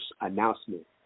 announcement